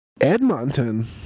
Edmonton